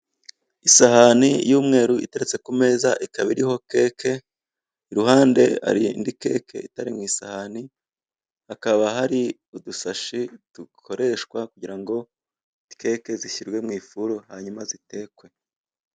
Isahani y'umweru, iteretse ku meza, ikaba iriho keke, iruhandi hari indi keke itari mu isahani, hakaba hari udusashi dukoreshwa kugira ngo keke zishyirwe mu ifuru, hanyuma zitekwe.